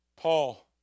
Paul